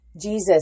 Jesus